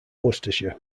worcestershire